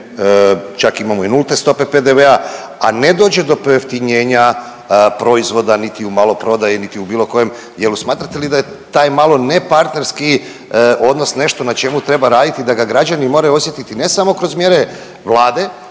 čak imamo i nulte stope PDV-a, a ne dođe do pojeftinjenja proizvoda niti u maloprodaji, niti u bilo kojem dijelu. Smatrate li da je taj malo nepartnerski odnos nešto n a čemu treba raditi da ga građani moraju osjetiti ne samo kroz mjere Vlade,